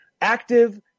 active